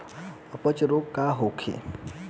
अपच रोग का होखे?